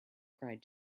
cried